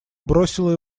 бросила